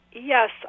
Yes